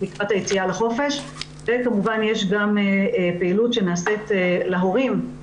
לקראת היציאה לחופש וכמובן יש גם פעילות שנעשית להורים.